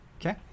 Okay